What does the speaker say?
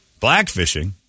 Blackfishing